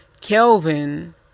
Kelvin